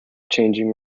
changing